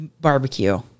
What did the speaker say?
barbecue